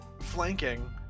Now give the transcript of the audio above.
flanking